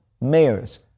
mayors